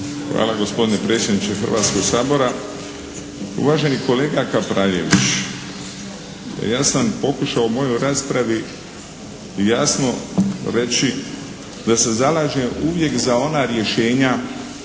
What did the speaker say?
Hvala gospodine predsjedniče Hrvatskog sabora. Uvaženi kolega Kapraljević! Ja sam pokušao u mojoj raspravi jasno reći da se zalažem uvijek za ona rješenja